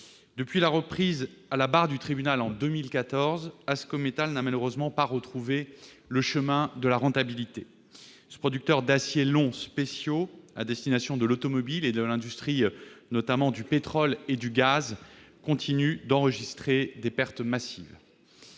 Depuis la reprise à la barre du tribunal en 2014, Ascométal n'a malheureusement pas retrouvé le chemin de la rentabilité. Ce producteur d'aciers longs spéciaux à destination de l'automobile et de l'industrie, notamment du pétrole et du gaz, continue d'enregistrer des pertes massives.